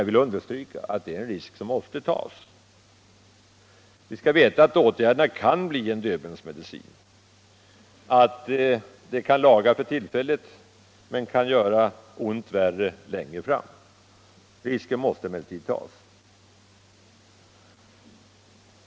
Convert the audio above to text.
Vi skall veta att åtgärderna kan bli en Döbelnsmedicin, som hjälper för tillfället men gör ont värre längre fram, men jag vill understryka att det är en risk som måste tas.